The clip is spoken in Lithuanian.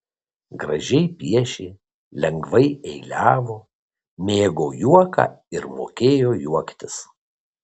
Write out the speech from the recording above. gražiai piešė lengvai eiliavo mėgo juoką ir mokėjo juoktis